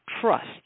trust